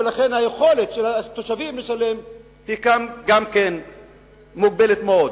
לכן גם היכולת של התושבים לשלם היא מוגבלת מאוד.